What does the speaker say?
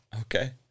Okay